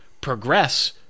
progress